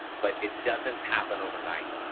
but it doesn't happen overnight.